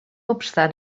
obstant